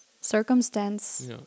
circumstance